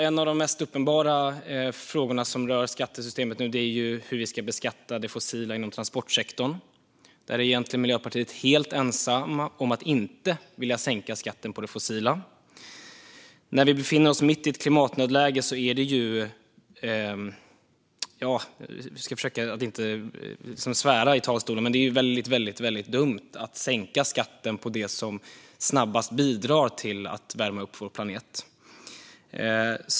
En av de mest uppenbara frågorna som rör skattesystemet nu är hur vi ska beskatta det fossila inom transportsektorn. Där är egentligen vi i Miljöpartiet helt ensamma om att inte vilja sänka skatten på det fossila. När vi befinner oss mitt i ett klimatnödläge är det, och jag ska försöka att inte svära i talarstolen, väldigt, väldigt dumt att sänka skatten på det som snabbast bidrar till att värma upp vår planet.